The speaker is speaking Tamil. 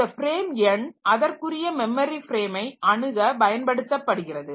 இந்த ஃப்ரேம் எண் அதற்குரிய மெமரி ஃப்ரேமை அணுக பயன்படுத்தப்படுகிறது